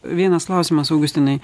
vienas klausimas augustinai